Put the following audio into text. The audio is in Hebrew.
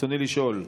רצוני לשאול: